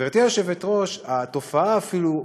גברתי היושבת-ראש, התופעה אפילו החמירה,